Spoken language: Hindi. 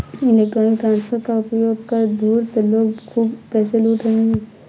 इलेक्ट्रॉनिक ट्रांसफर का उपयोग कर धूर्त लोग खूब पैसे लूट रहे हैं